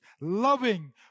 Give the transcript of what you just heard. loving